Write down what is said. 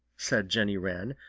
said jenny wren,